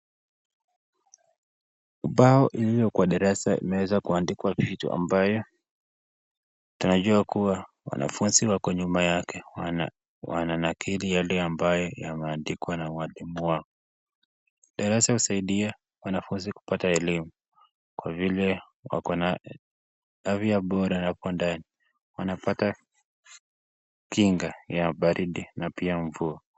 Ubao iliyo kwa darasa imeweza kuandikwa vitu ambayo tunajua kuwa wanafunzi wako nyuma yake wananakili yale ambayo yameandikwa na mwalimu wao . Darasa husaidia wanafunzi kupata elimu kwa vile wako na afya bora hapo ndani wanapata kinga ya baridi na pia mvua.